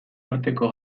arteko